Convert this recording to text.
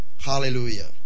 Hallelujah